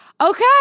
okay